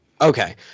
Okay